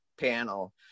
panel